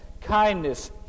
kindness